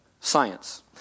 science